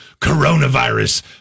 coronavirus